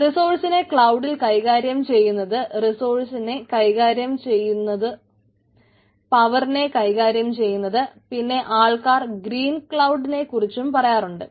റിസോഴ്സിനെ ക്ലൌഡിൽ കൈകാര്യം ചെയ്യുന്നത് റിസോഴ്സിനെ കൈകാര്യം ചെയ്യുന്നത് പവറിനെ കൈകാര്യം ചെയ്യുന്നത്പിന്നെ ആൾക്കാർ ഗ്രീൻ ക്ലൌഡ് നെക്കുറിച്ചും പറയാറുണ്ട്